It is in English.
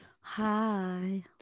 Hi